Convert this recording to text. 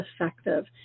effective